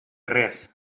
res